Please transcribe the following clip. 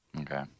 Okay